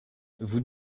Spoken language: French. vous